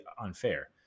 unfair